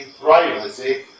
privacy